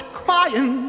crying